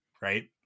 Right